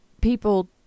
people